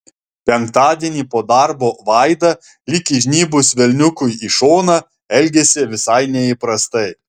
penktadienį po darbo vaida lyg įžnybus velniukui į šoną elgėsi visai neįprastai